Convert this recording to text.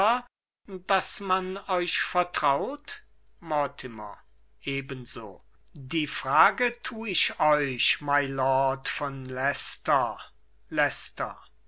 daß man euch vertraut mortimer ebenso die frage tu ich euch mylord von